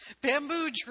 Bamboo